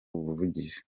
buvuzi